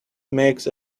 makes